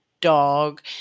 dog